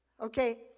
Okay